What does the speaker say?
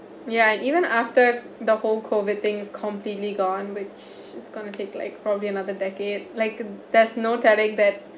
ya even after the whole COVID things completely gone which is going to take like probably another decade like there's no telling that